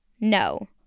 No